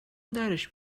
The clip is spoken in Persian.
درش